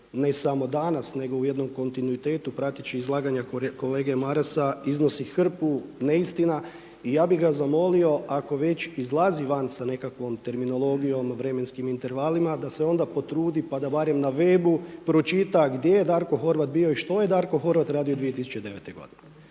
ne samo danas nego u jednom kontinuitetu prateći izlaganja kolege Marasa iznosi hrpu neistina i ja bi ga zamolio ako već izlazi van sa nekakvom terminologijom vremenskim intervalima da se onda potrudi pa da barem na web-u pročita gdje je Darko Horvat bio i što je Darko Horvat radio 2009. godine.